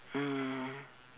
mm